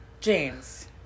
James